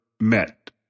met